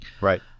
Right